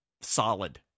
solid